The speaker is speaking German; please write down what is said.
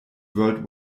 world